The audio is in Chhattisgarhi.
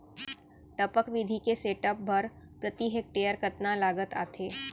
टपक विधि के सेटअप बर प्रति हेक्टेयर कतना लागत आथे?